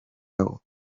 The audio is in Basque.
nago